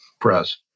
press